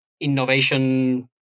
innovation